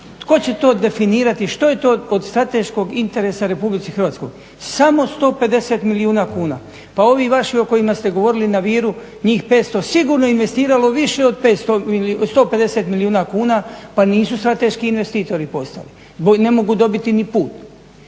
tko će to definirati, što je to o strateškom interesa Republici Hrvatskoj, samo 150 milijuna kuna. Pa ovi vaši o kojima ste govorili na Viru njih 500 sigurno je investiralo više od 150 milijuna kuna pa nisu strateški investitori postali. Ne mogu dobiti ni put.